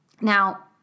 Now